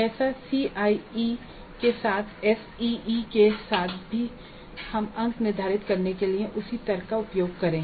जैसे सीआईई के साथ एसईई के साथ भी हम अंक निर्धारित करने के लिए उसी तर्क का उपयोग करें